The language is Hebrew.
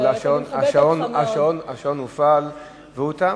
אבל השעון הופעל והזמן תם.